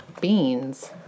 beans